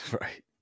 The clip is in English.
Right